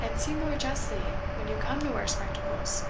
and see more justly, when you come to wear spectacles